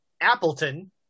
Appleton